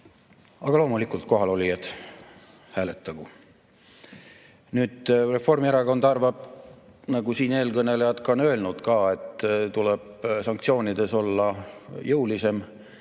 Aga loomulikult kohalolijad hääletagu. Reformierakond arvab, nagu ka siin eelkõnelejad on öelnud, et tuleb sanktsioonides olla jõulisem.